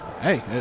hey